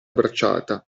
bracciata